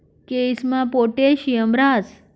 केयीसमा पोटॅशियम राहस